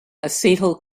acetyl